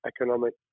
economic